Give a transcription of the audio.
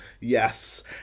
Yes